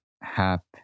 Hap